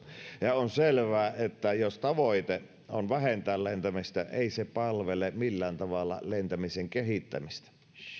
ja on selvää että jos tavoite on vähentää lentämistä ei se palvele millään tavalla lentämisen kehittämistä